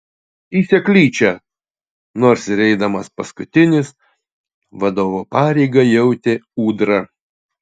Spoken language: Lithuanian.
į seklyčią nors ir eidamas paskutinis vadovo pareigą jautė ūdra